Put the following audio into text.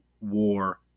war